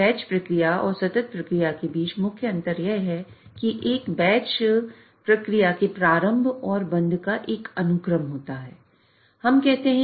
batch प्रक्रिया की तुलना करना चाहते हैं